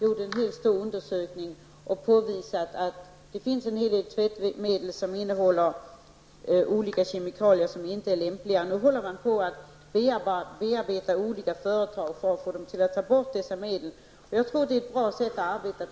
Därvid har man påvisat att det finns en hel del tvättmedel som innehåller olika kemikalier som inte är lämpliga. Nu håller man på att bearbeta olika företag för att få dessa att ta bort olämpliga medel från sina produkter. Jag tror att det är ett bra sätt att arbeta på.